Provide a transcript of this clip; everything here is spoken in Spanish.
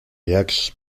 jacques